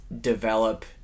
develop